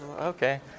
Okay